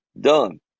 done